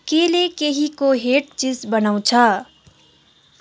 केले केहीको हेड चिज बनाउँछ